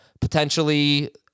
potentially